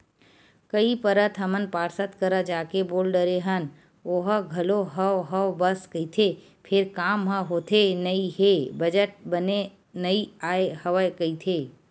कई पइत हमन पार्षद करा जाके बोल डरे हन ओहा घलो हव हव बस कहिथे फेर काम ह होथे नइ हे बजट बने नइ आय हवय कहिथे